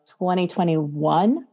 2021